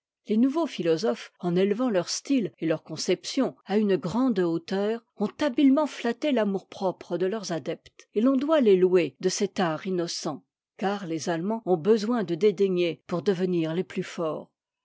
les nouveaux philosophes en élevant leur style et leurs conceptions à une grande hauteur ont habilement flatté l'amour-propre de leurs adeptes et l'on doit les louer de cet art innocent car les allemands ont besoin de dédaigner pour devenir les plus forts